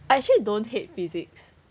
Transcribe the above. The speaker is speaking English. I actually don't hate physics